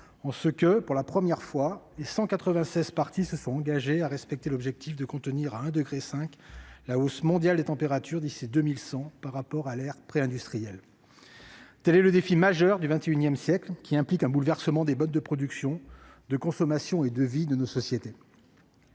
en ce que, pour la première fois, les 196 parties se sont engagées à respecter l'objectif de contenir à 1,5 degré Celsius la hausse mondiale des températures d'ici à 2100 par rapport à l'ère préindustrielle. Tel est le défi majeur du XXI siècle qui implique un bouleversement des modes de production, de consommation et de vie de nos sociétés.